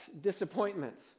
disappointments